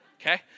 okay